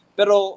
pero